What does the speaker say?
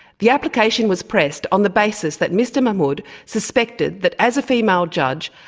the application was pressed on the basis that mr mahmoud suspected that as a female judge,